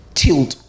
tilt